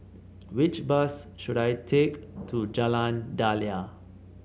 which bus should I take to Jalan Daliah